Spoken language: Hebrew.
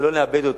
ולא נאבד אותו.